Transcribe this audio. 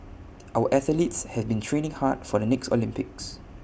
our athletes have been training hard for the next Olympics